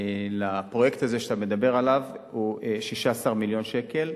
הרווחה לפרויקט הזה שאתה מדבר עליו הוא 16 מיליון שקל,